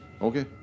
Okay